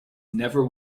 never